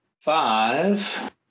five